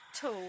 Tool